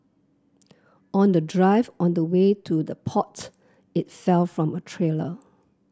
on the drive on the way to the port it fell from a trailer